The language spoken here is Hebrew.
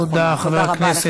תודה רבה לך.